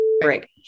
break